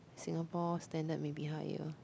Singapore standard maybe higher